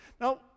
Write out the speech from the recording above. Now